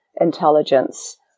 intelligence